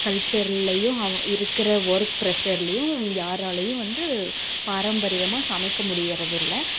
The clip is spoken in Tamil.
கல்ச்சர்லையும் அவ் இருக்கிற ஒரு பிரஷர்லயும் யாராலையும் வந்து பாரம்பரியமாக சமைக்க முடியிறதில்லை